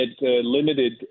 limited